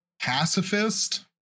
pacifist